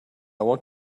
want